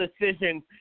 decision